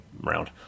round